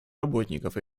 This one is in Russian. работников